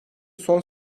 son